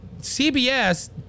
CBS